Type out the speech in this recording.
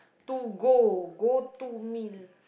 to go go to meal